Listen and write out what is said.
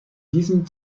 diesem